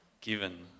given